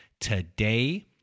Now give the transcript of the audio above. today